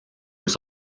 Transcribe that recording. was